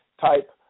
type